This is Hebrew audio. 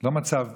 לא מצב